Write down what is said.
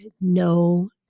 no